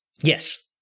yes